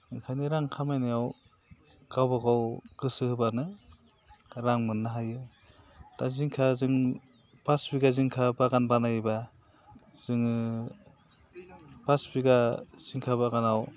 ओंखायनो रां खामायनायाव गावबा गाव गोसो होब्लानो रां मोननो हायो दा जिंखा जों पास बिगा जिंखा बागान बानायब्ला जोङो पास बिगा जिंखा बागानाव